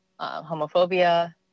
homophobia